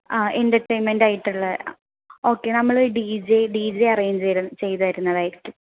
ആ എൻറർടൈൻമെൻറ് ആയിട്ടുള്ള ഓക്കെ നമ്മൾ D J D J arrange ചെയ്തു ചെയ്തുതരുന്നതാരിക്കും